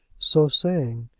so saying,